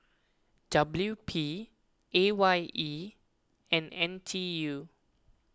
W P A Y E and N T U